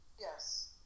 Yes